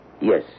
Yes